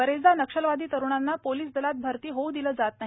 बरेचदा नक्षलवादी तरुणांना पोलिस दलात भरती होऊ दिले जात नाही